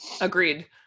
Agreed